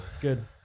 Good